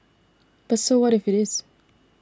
but so what if it is